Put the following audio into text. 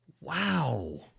Wow